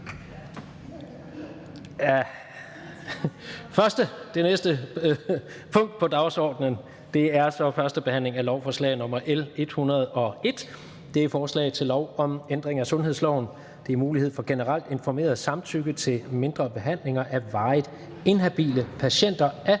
--- Det sidste punkt på dagsordenen er: 11) 1. behandling af lovforslag nr. L 101: Forslag til lov om ændring af sundhedsloven. (Mulighed for generelt informeret samtykke til mindre behandlinger af varigt inhabile patienter).